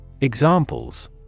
Examples